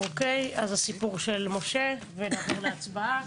אז הסיפור של משה; ונעבור להצבעה.